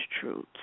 truth